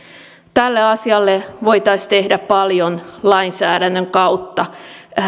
tälle asialle voitaisiin tehdä paljon lainsäädännön kautta